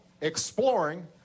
exploring